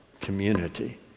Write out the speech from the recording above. community